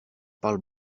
parle